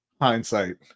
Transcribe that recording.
hindsight